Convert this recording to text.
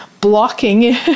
Blocking